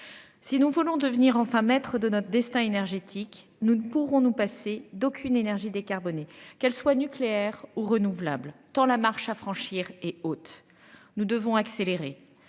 Si nous voulons devenir enfin maître de notre destin énergétique, nous ne pourrons nous passer d'aucune énergies décarbonnées qu'elle soit nucléaire ou renouvelable tant la marche à franchir et autres. Nous devons accélérer.